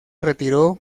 retiró